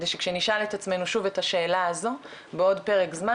כדי שנשאל את עצמנו שוב את השאלה הזו בעוד פרק זמן,